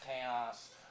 Chaos